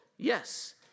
Yes